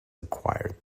acquired